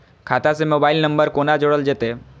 खाता से mobile number कोना जोरल जेते?